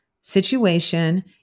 situation